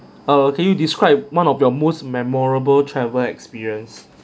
err can you describe one of your most memorable travel experience